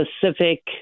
specific